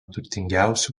turtingiausių